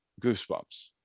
goosebumps